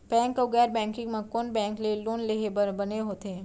Bank अऊ गैर banking म कोन बैंक ले लोन लेहे बर बने होथे?